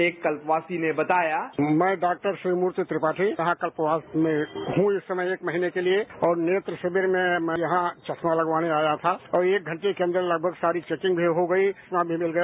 एक कल्पवासी ने बताया मैं डॉक्टर शिवमूर्ति त्रिपाठी यहां कल्पवास में हूं इस समय एक महीने के लिए और नेत्र शिविर में मैं यहां चस्मा लगवाने आया था और एक घंटे के अंदर लगभग सारी चैकिंग भी हो गई चश्मा भी मिल गया